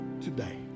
today